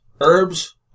herbs